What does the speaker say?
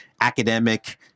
academic